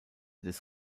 des